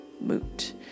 Moot